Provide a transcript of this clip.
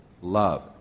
love